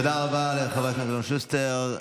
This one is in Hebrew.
תודה רבה לחבר הכנסת אלון שוסטר.